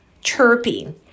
chirping